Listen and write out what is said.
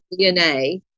DNA